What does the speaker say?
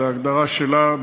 זה הגדרה שלה,